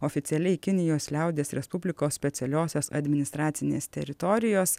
oficialiai kinijos liaudies respublikos specialiosios administracinės teritorijos